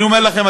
אני אומר לכם,